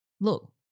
look